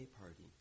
party